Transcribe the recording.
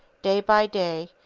day by day,